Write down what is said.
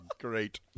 Great